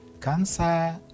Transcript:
cancer